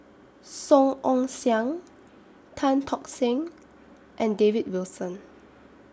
Song Ong Siang Tan Tock Seng and David Wilson